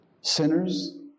sinners